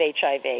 HIV